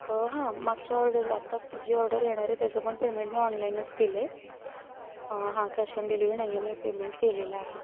हां मागच्या ऑर्डर आत्ता जी ऑर्डर येणार आहे त्याचं पण पेमेंट मी ऑनलाईनच केलं आहे हां कॅश ऑन डिलिव्हरी नाही आहे मी पेमेंट केलेलं आहे